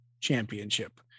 championship